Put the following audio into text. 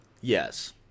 Yes